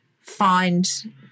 find